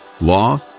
law